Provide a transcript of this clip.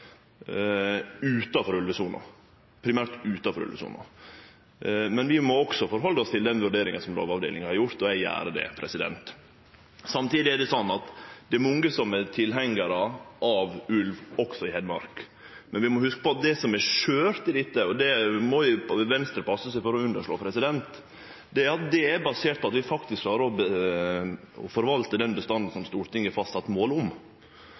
utanfor ulvesona – primært utanfor ulvesona. Men vi må også halde oss til den vurderinga Lovavdelinga har gjort, og eg gjer det. Samtidig er det sånn at det er mange som er tilhengjarar av ulv også i Hedmark, men vi må hugse på at det som er skjørt i dette – og det må Venstre passe seg for å underslå – er at det er basert på at vi faktisk klarer å forvalte den bestanden Stortinget har fastsett mål om.